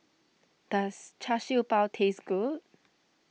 does Char Siew Bao taste good